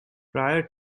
prior